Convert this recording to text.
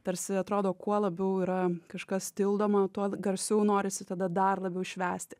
tarsi atrodo kuo labiau yra kažkas tildoma tuo garsiau norisi tada dar labiau švęsti